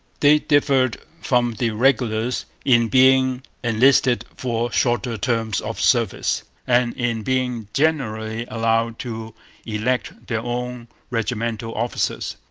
they differed from the regulars in being enlisted for shorter terms of service and in being generally allowed to elect their own regimental officers.